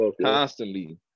constantly